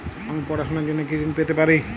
আমি পড়াশুনার জন্য কি ঋন পেতে পারি?